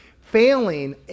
Failing